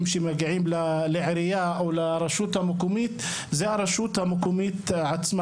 שמגיעים לעירייה או לרשות המקומית זו הרשות המקומית עצמה.